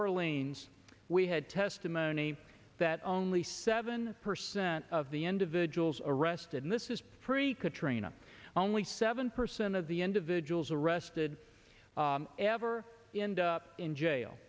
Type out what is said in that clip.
orleans we had testimony that only seven percent of the individuals arrested in this is precut traina only seven percent of the individuals arrested ever end up in jail